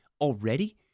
already